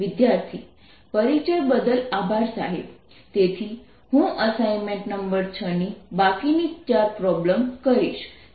વિદ્યાર્થી પરિચય બદલ આભાર સાહેબ તેથી હું અસાઇનમેન્ટ નંબર 6 ની બાકીની 4 પ્રોબ્લેમ કરીશ